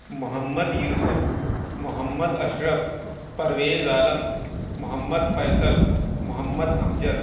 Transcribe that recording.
Muhammad Yusuf Mohammad Ashraf Parvez Alam Mohammad Faisal Mohammad Amjad